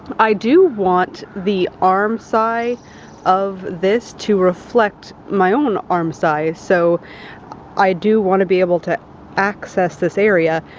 i do want the arm size of this to reflect my own arm size, so i do wanna be able to access this area.